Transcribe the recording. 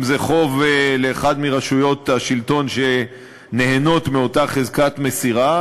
אם זה חוב לאחת מרשויות השלטון שנהנות מאותה חזקת מסירה,